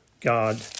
God